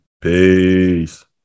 Peace